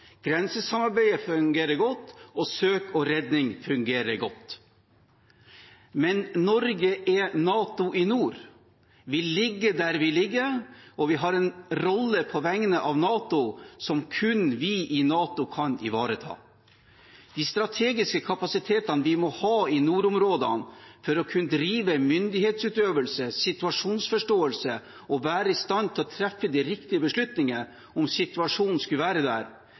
Grensesamarbeidet fungerer godt, og søk og redning fungerer godt. Men Norge er NATO i nord. Vi ligger der vi ligger, og vi har en rolle på vegne av NATO som kun vi i NATO kan ivareta. De strategiske kapasitetene vi må ha i nordområdene for å kunne drive myndighetsutøvelse, ha situasjonsforståelse og være i stand til å treffe de riktige beslutninger om situasjonen skulle være der,